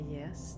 yes